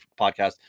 podcast